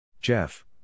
Jeff